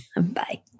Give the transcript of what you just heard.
Bye